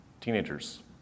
teenagers